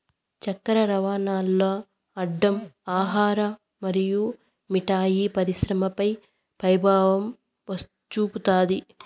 చక్కర రవాణాల్ల అడ్డం ఆహార మరియు మిఠాయి పరిశ్రమపై పెభావం చూపుతాది